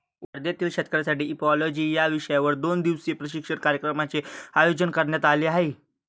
वर्ध्यातील शेतकऱ्यांसाठी इपिओलॉजी या विषयावर दोन दिवसीय प्रशिक्षण कार्यक्रमाचे आयोजन करण्यात आले आहे